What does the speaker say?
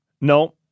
No